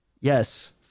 Yes